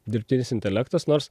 dirbtinis intelektas nors